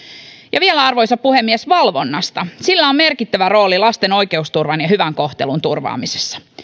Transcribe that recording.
ja vielä arvoisa puhemies valvonnasta sillä on merkittävä rooli lasten oikeusturvan ja hyvän kohtelun turvaamisessa